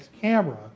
camera